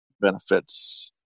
benefits